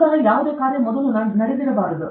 ಅಲ್ಲಿ ಒಂದು ಇರಬಾರದು